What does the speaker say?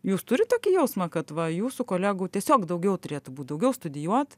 jūs turit tokį jausmą kad va jūsų kolegų tiesiog daugiau turėtų būt daugiau studijuot